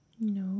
No